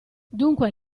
dunque